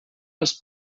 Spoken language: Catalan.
els